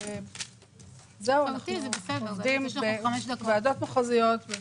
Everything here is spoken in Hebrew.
אנחנו עובדים בוועדות מחוזיות על